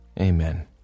amen